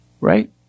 Right